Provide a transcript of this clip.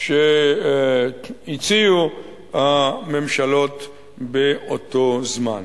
שהציעו הממשלות באותו זמן.